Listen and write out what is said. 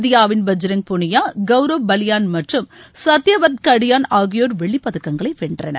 இந்தியாவின் பஜ்ரங் புனியா கவ்ரவ் பாலியன் மற்றும் சத்தியவார்த் கடியன் ஆகியோர் வெள்ளிப்பதக்கங்களை வென்றனர்